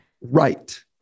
Right